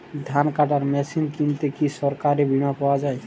ধান কাটার মেশিন কিনতে কি সরকারী বিমা পাওয়া যায়?